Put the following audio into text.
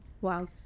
Wow